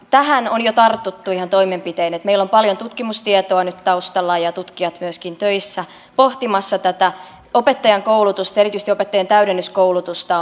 tähän on jo tartuttu ihan toimenpitein meillä on paljon tutkimustietoa nyt taustalla ja tutkijat myöskin töissä pohtimassa tätä opettajankoulutusta erityisesti opettajien täydennyskoulutusta